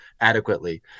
adequately